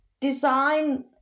design